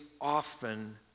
often